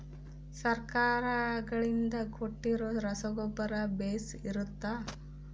ಸರ್ಕಾರಗಳಿಂದ ಕೊಟ್ಟಿರೊ ರಸಗೊಬ್ಬರ ಬೇಷ್ ಇರುತ್ತವಾ?